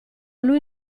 lui